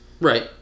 Right